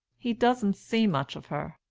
he doesn't see much of her.